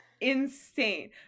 Insane